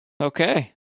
Okay